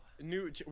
new